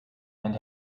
and